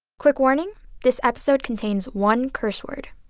quick warning this episode contains one curse word